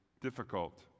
difficult